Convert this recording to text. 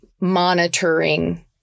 monitoring